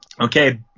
Okay